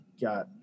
got